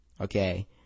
okay